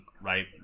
right